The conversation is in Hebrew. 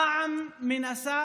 רע"מ מנסה